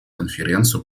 конференцию